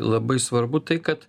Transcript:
labai svarbu tai kad